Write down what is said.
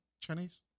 Chinese